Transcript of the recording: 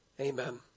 Amen